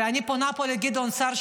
ואני פונה פה לגדעון סער,